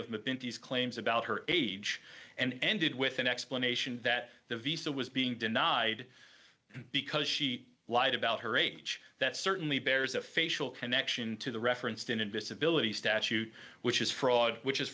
of these claims about her age and ended with an explanation that the visa was being denied because she lied about her age that certainly bears a facial connection to the reference to an invisibility statute which is fraud which is